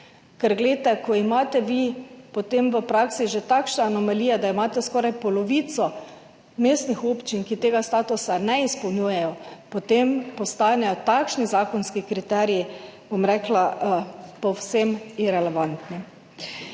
podeli. Ko so potem v praksi že takšne anomalije, da imamo skoraj polovico mestnih občin, ki tega statusa ne izpolnjujejo, postanejo takšni zakonski kriteriji, bom rekla, povsem irelevantni.